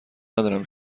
ندارم